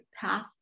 path